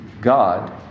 God